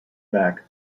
back